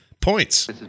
points